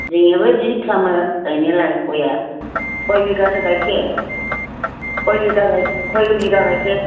जोंनियाबो बिदिनो खालामो गायनायालाय गयआ कय बिगाथो गायखो कय बिगा कय बिगा गायखो